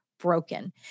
broken